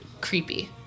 creepy